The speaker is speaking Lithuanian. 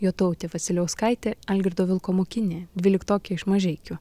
jotautė vasiliauskaitė algirdo vilko mokinė dvyliktokė iš mažeikių